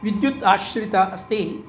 विद्युताश्रिता अस्ति